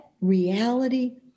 reality